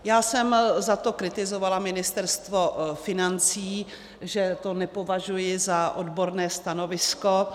Já jsem za to kritizovala Ministerstvo financí, že to nepovažuji za odborné stanovisko.